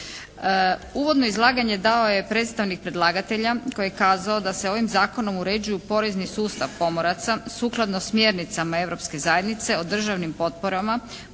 Uvodno izlaganje dao je predstavnik predlagatelja koji je kazao da se ovim zakonom uređuju porezni sustav pomoraca sukladno smjernicama Europske zajednice o državnim potporama,